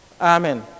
Amen